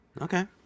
okay